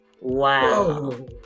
Wow